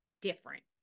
different